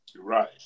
Right